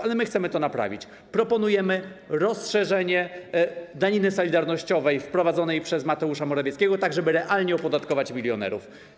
Ale my chcemy to naprawić: proponujemy rozszerzenie daniny solidarnościowej wprowadzonej przez Mateusza Morawieckiego, tak żeby realnie opodatkować milionerów.